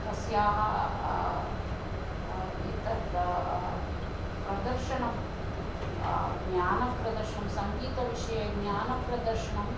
तस्याः एतद् प्रदर्शनं ज्ञानप्रदर्शनं सङ्गीतविषये ज्ञानप्रदर्शनम्